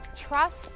trust